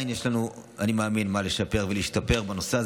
אני מאמין שעדיין יש לנו מה לשפר ובמה להשתפר בנושא הזה,